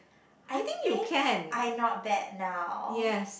I think I not bad not